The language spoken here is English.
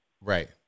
Right